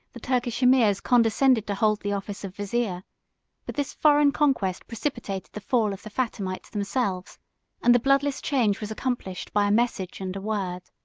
the turkish emirs condescended to hold the office of vizier but this foreign conquest precipitated the fall of the fatimites themselves and the bloodless change was accomplished by a message and a word.